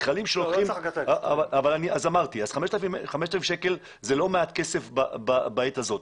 גם 5,000 שקלים, זה לא מעט כסף בעת הזאת.